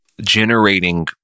generating